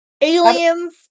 Aliens